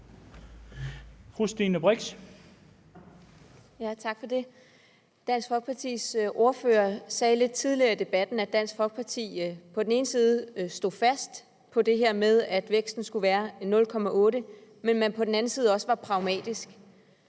Tak for det. Dansk Folkepartis ordfører sagde lidt tidligere i debatten, at Dansk Folkeparti på den ene side står fast på det med, at væksten skulle være 0,8 pct., men at man på den anden side også var pragmatisk.